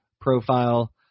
profile